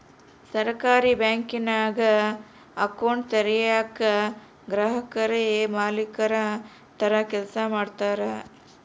ಸಹಕಾರಿ ಬ್ಯಾಂಕಿಂಗ್ನಾಗ ಅಕೌಂಟ್ ತೆರಯೇಕ ಗ್ರಾಹಕುರೇ ಮಾಲೀಕುರ ತರ ಕೆಲ್ಸ ಮಾಡ್ತಾರ